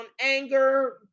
anger